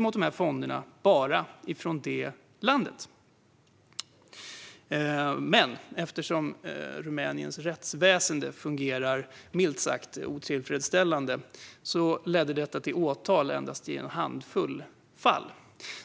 mot dessa fonder enbart i detta land. Men eftersom Rumäniens rättsväsen fungerar milt sagt otillfredsställande väcktes åtal endast i en handfull fall.